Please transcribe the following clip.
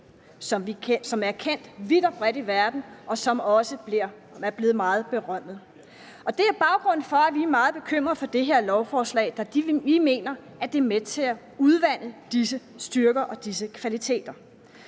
som er kendt vidt og bredt i verden, og som også er blevet meget berømmet. Det er baggrunden for, at vi er meget bekymrede for det her lovforslag, da vi mener, at det er med til at udvande disse styrker og disse kvaliteter.